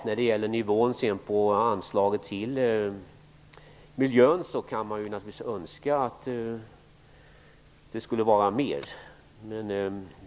När det gäller nivån på anslaget till miljön kan man naturligtvis önska att det skulle vara högre.